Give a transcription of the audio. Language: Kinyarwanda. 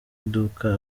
iduka